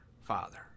Father